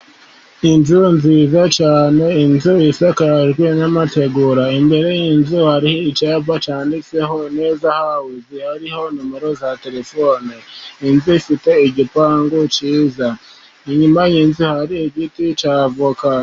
Inzu nziza cyane, inzu isakajwe amategura, imbere y'inzu hari icyapa cyanditseho neza hawuze, hariho nomero za terefone, inzu ifite igipangu cyiza, inyuma y'inzu hari igiti cy'avoka.